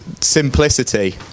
Simplicity